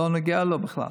לא נוגע לו בכלל,